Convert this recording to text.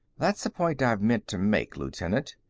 that's a point i've meant to make, lieutenant.